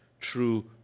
true